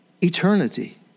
eternity